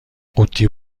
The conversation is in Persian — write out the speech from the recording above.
قوطی